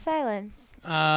Silence